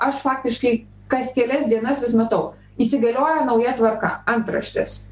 aš faktiškai kas kelias dienas vis matau įsigaliojo nauja tvarka antraštės